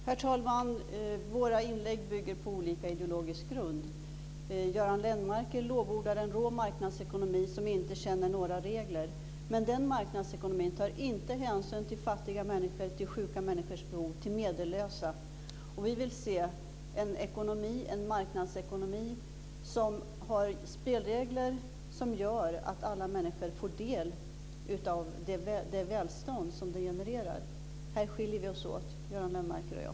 Herr talman! Våra inlägg bygger på olika ideologisk grund. Göran Lennmarker lovordar en rå marknadsekonomi som inte känner några regler. Men den marknadsekonomin tar inte hänsyn till fattiga människor, till sjuka människors behov, till medellösa. Vi vill se en marknadsekonomi som har spelregler som gör att alla människor får del av det välstånd som det genererar. Här skiljer vi oss åt, Göran Lennmarker och jag.